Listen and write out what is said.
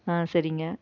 ஆ சரிங்க